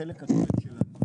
וחלק זה מסובסד,